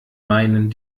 meinen